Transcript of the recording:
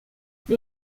the